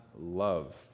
love